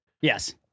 Yes